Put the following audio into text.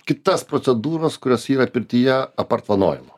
kitas procedūras kurios yra pirtyje apart vanojimo